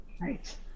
right